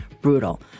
brutal